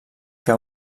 que